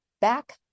back-